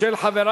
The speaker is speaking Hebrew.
נתקבלה.